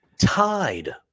tied